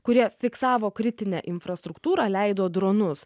kurie fiksavo kritinę infrastruktūrą leido dronus